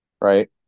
right